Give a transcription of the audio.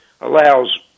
allows